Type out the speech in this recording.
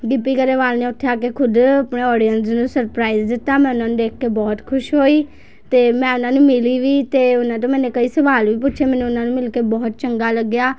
ਗਿੱਪੀ ਗਰੇਵਾਲ ਨੇ ਉੱਥੇ ਆ ਕੇ ਖੁਦ ਆਪਣੀ ਓਡੀਐਂਸ ਨੂੰ ਸਰਪ੍ਰਾਈਜ਼ ਦਿੱਤਾ ਮੈਂ ਉਹਨਾਂ ਨੂੰ ਦੇਖ ਕੇ ਬਹੁਤ ਖੁਸ਼ ਹੋਈ ਅਤੇ ਮੈਂ ਉਹਨਾਂ ਨੂੰ ਮਿਲੀ ਵੀ ਅਤੇ ਓਹਨਾਂ ਤੋਂ ਮੈਨੇ ਕਈ ਸਵਾਲ ਵੀ ਪੁੱਛੇ ਮੈਨੂੰ ਓਹਨਾਂ ਨੂੰ ਮਿਲ ਕੇ ਬਹੁਤ ਚੰਗਾ ਲੱਗਿਆ